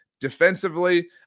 Defensively